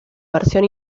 versión